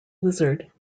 lizard